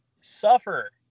suffer